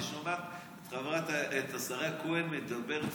אני שומע את השרה כהן מדברת,